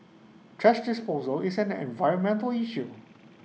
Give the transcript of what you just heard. thrash disposal is an environmental issue